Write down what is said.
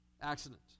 Accident